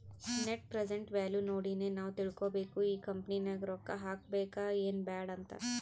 net present value ನೋಡಿನೆ ನಾವ್ ತಿಳ್ಕೋಬೇಕು ಈ ಕಂಪನಿ ನಾಗ್ ರೊಕ್ಕಾ ಹಾಕಬೇಕ ಎನ್ ಬ್ಯಾಡ್ ಅಂತ್